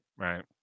Right